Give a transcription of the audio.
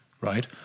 right